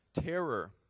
terror